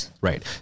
Right